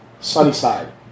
Sunnyside